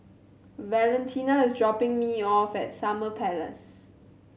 Valentina is dropping me off at Summer Place